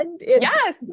Yes